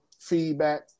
feedback